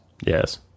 Yes